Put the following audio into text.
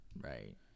Right